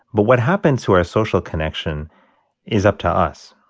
but what happens to our social connection is up to us.